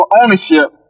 ownership